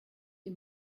ihm